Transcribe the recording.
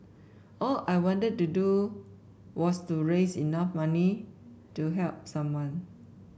all I wanted to do was to raise enough money to help someone